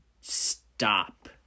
stop